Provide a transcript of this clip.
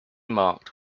marked